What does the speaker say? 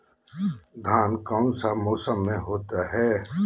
धान कौन सा मौसम में होते है?